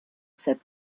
said